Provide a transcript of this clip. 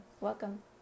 Welcome